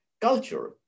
Culture